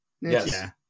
Yes